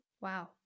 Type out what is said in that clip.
Wow